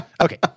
Okay